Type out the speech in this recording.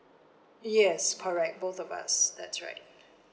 yes correct both of us that's right